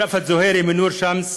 ראפת זוהיירי מנור-א-שמס,